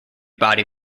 body